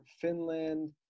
Finland